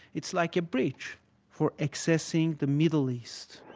it's like a bridge for accessing the middle east